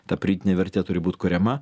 ta pridėtinė vertė turi būt kuriama